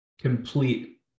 Complete